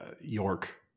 York